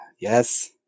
Yes